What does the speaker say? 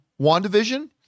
WandaVision